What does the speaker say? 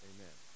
Amen